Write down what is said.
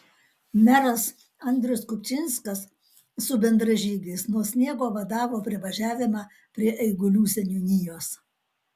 meras andrius kupčinskas su bendražygiais nuo sniego vadavo privažiavimą prie eigulių seniūnijos